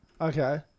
Okay